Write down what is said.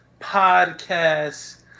podcast